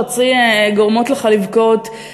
חצי גורמות לך לבכות,